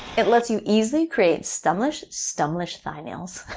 it lets you easy create stumblish stumblish thigh-nails.